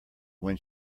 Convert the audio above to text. when